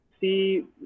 see